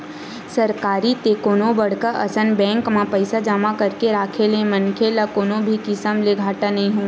सरकारी ते कोनो बड़का असन बेंक म पइसा जमा करके राखे ले मनखे ल कोनो भी किसम ले घाटा नइ होवय